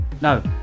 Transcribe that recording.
No